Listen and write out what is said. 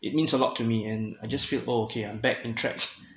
it means a lot to me and I just feel oh okay I'm back in tracks